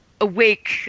awake